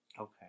Okay